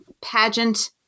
pageant